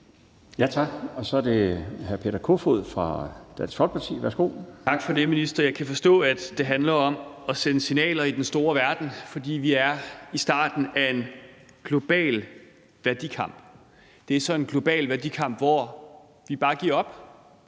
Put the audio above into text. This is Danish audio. Tak. Så er det hr. Peter Kofod fra Dansk Folkeparti. Værsgo. Kl. 22:08 Peter Kofod (DF): Tak for det. Jeg kan forstå, at det handler om at sende signaler i den store verden, fordi vi er i starten af en global værdikamp. Det er så en global værdikamp, hvor vi bare giver op.